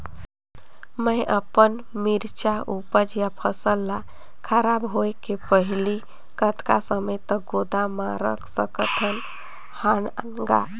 मैं अपन मिरचा ऊपज या फसल ला खराब होय के पहेली कतका समय तक गोदाम म रख सकथ हान ग?